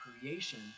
creation